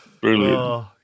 Brilliant